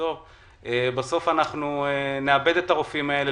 אם בסוף אנחנו נאבד את הרופאים האלה,